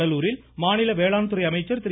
கடலூரில் மாநில வேளாண்துறை அமைச்சர் திரு